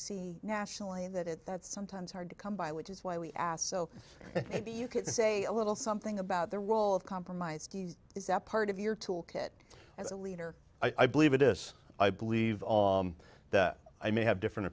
see nationally that it that's sometimes hard to come by which is why we asked so maybe you could say a little something about the role of compromise is that part of your toolkit as a leader i believe it is i believe that i may have different